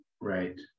Right